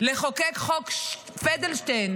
לחוקק חוק פלדשטיין,